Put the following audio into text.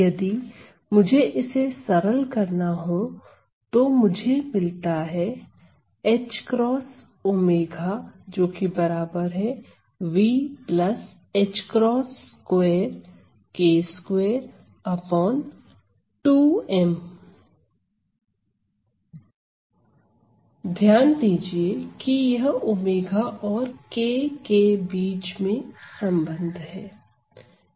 यदि मुझे इसे सरल करना हो तो मुझे मिलता है ध्यान दीजिए कि यह ⍵ और k के बीच में संबंध है